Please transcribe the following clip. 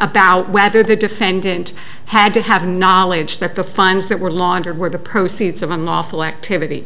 about whether the defendant had to have knowledge that the fines that were laundered were the proceeds of unlawful activity